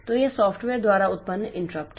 तो ये सॉफ्टवेयर द्वारा उत्पन्न इंटरप्ट हैं